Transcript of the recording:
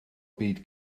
byd